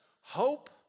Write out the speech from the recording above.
hope